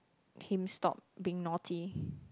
him stop being naughty